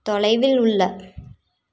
தொலைவில் உள்ள